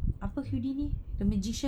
apa houdini the magician